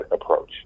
approach